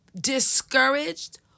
discouraged